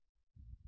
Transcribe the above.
విద్యార్థి సార్